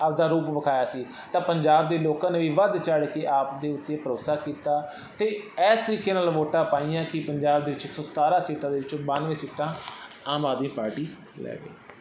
ਆਪਦਾ ਰੂਪ ਵਿਖਾਇਆ ਸੀ ਤਾਂ ਪੰਜਾਬ ਦੇ ਲੋਕਾਂ ਨੇ ਵੀ ਵੱਧ ਚੜ੍ਹ ਕੇ ਆਪ ਦੇ ਉੱਤੇ ਭਰੋਸਾ ਕੀਤਾ ਅਤੇ ਇਹ ਤਰੀਕੇ ਨਾਲ ਵੋਟਾਂ ਪਾਈਆਂ ਕਿ ਪੰਜਾਬ ਦੇ ਵਿੱਚ ਇੱਕ ਸੌ ਸਤਾਰ੍ਹਾਂ ਸੀਟਾਂ ਦੇ ਵਿੱਚੋਂ ਬਾਨ੍ਹਵੇਂ ਸੀਟਾਂ ਆਮ ਆਦਮੀ ਪਾਰਟੀ ਲੈ ਗਈ